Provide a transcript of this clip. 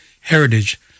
heritage